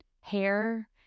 Hair